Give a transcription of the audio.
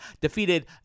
defeated